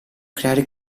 creare